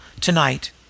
tonight